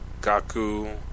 Gaku